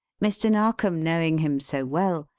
mr. narkom knowing him so well,